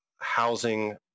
Housing